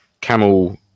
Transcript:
camel